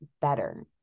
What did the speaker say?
better